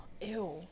Ew